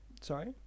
Sorry